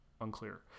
Unclear